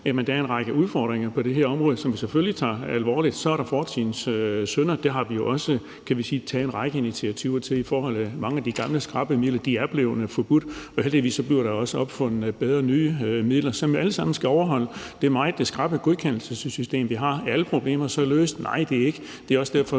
at der er en række udfordringer på det her område, som vi selvfølgelig tager alvorligt. Så er der fortidens synder, og der har vi også taget en række initiativer, i forhold til at mange af de gamle skrappe midler er blevet forbudt, og heldigvis bliver der også opfundet nye, bedre midler, som alle sammen skal overholde det meget skrappe godkendelsessystem, vi har. Er alle problemer så løst? Nej, det er de ikke, og det er